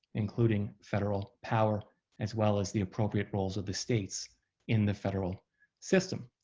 including federal power as well as the appropriate roles of the states in the federal system.